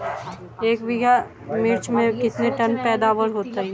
एक बीघा मिर्च में कितने टन पैदावार होती है?